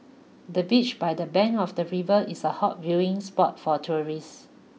the beach by the bank of the river is a hot viewing spot for tourists